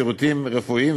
שירותים רפואיים,